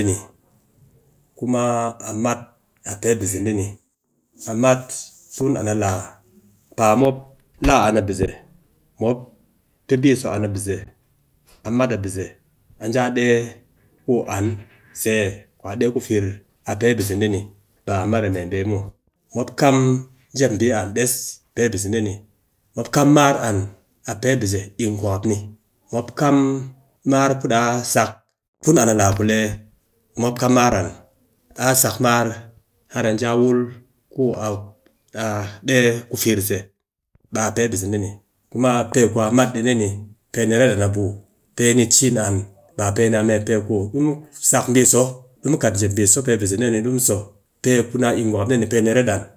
Kuma a mat a pe bise deh, a mat tun an a laa, paa mop laa an a bise, mop pee bii so an a bise, a mat a bise, a ji a dee ku an se ku a dee ku fir, a pee bise de ni, ba a mat mee pe muw, mop kaqm jep bii an des a pe bise dee ni, mop kam mar a pee bise ikngwakap ni, mop kam mar ku daa sak ɓe tun an a laa ku lee mop kam mar an, daa sak mar har a ji a wul ku a ku a dee ku fir se ɓe a pe bise dee ni, kuma mop tɨ pe ku a mat ɗi dee ni, pee ni ret an a buu, pe ni cin an, ba pe ni a mee pe ku, di mu sak bii so, ɗi mu kat jep bii so pe bise di mu so, pe ku ni a ikngwakap de ni pe ni ret an